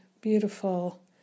beautiful